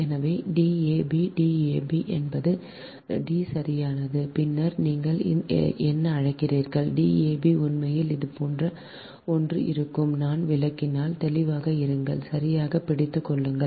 எனவே Dab Dab என்பது D சரியானது பின்னர் நீங்கள் என்ன அழைக்கிறீர்கள் Dab உண்மையில் இது போன்ற ஒன்று இருக்கும் நான் விளக்கினால் தெளிவாக இருங்கள் சரியாகப் பிடித்துக் கொள்ளுங்கள்